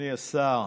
אדוני השר,